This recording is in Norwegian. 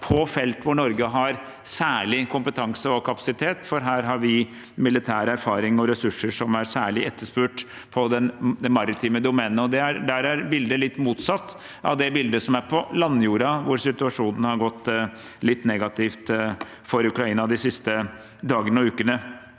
på felt hvor Norge har særlig kompetanse og kapasitet, for her har vi militær erfaring og ressurser som er særlig etterspurt på det maritime domenet. Der er bildet litt motsatt av det bildet som er på landjorda, hvor situasjonen har gått i litt negativ retning for Ukraina de siste dagene og ukene.